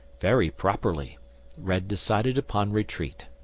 very properly red decided upon retreat.